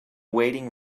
waiting